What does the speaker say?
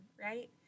right